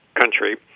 country